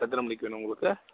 எத்தனை மணிக்கு வேணும் உங்களுக்கு